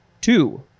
Two